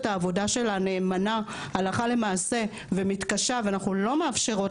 העבודה שלה נאמנה הלכה למעשה ומתקשה ואנחנו לא מאפשרות